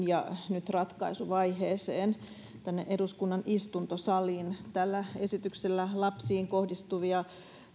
ja nyt ratkaisuvaiheeseen tänne eduskunnan istuntosaliin tällä esityksellä lapsiin kohdistuvien